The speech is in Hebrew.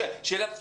של הפקידים.